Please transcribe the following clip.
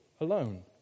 alone